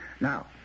Now